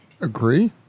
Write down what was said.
agree